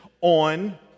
on